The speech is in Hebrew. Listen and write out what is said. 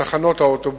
בתחנות האוטובוס,